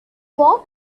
walked